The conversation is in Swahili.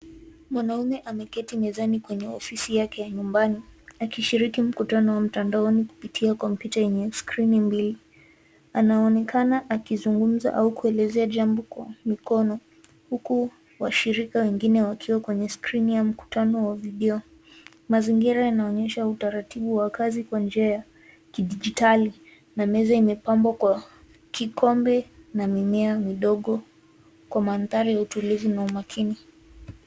Mwanaume ameketi mezani kwenye ofisi yake ya nyumbani, akishiriki mkutano wa mtandaoni kupitia kompyuta yenye skrini mbili. Anaonekana akizungumza au kuelezea jambo kwa mikono, huku washiriki wengine wakiwa kwenye skrini ya mkutano wa video. Mazingira yanaonyesha utaratibu wa kazi kwa njia ya kidijitali, na meza imepambwa kwa kikombe na mimea midogo. Kwa mandhari ya utulivu na umakini.